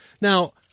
Now